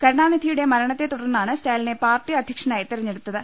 കരുണാനിധിയുടെ മരണത്തെത്തുടർന്നാണ് സ്റ്റാലിനെ പാർട്ടി അധ്യക്ഷനായി തെരഞ്ഞെടുത്തത്